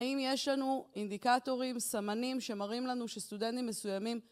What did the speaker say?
אם יש לנו אינדיקטורים, סמנים שמראים לנו שסטודנטים מסוימים